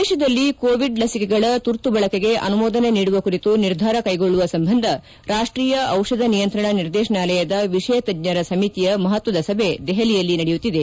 ದೇಶದಲ್ಲಿ ಕೋವಿಡ್ ಲಸಿಕೆಗಳ ತುರ್ತು ಬಳಕೆಗೆ ಅನುಮೋದನೆ ನೀಡುವ ಕುರಿತು ನಿರ್ಧಾರ ಕೈಗೊಳ್ಳುವ ಸಂಬಂಧ ರಾಷ್ಲೀಯ ಔಷಧ ನಿಯಂತ್ರಣ ನಿರ್ದೇತನಾಲಯದ ವಿಷಯ ತಜ್ಞರ ಸಮಿತಿಯ ಮಹತ್ವದ ಸಭೆ ದೆಹಲಿಯಲ್ಲಿ ನಡೆಯುತ್ತಿದೆ